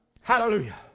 Hallelujah